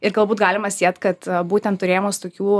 ir galbūt galima siet kad būtent turėjimas tokių